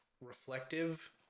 reflective